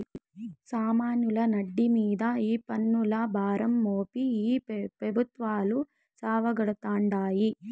సామాన్యుల నడ్డి మింద ఈ పన్నుల భారం మోపి ఈ పెబుత్వాలు సావగొడతాండాయి